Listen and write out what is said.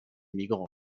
migrants